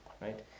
right